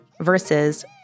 versus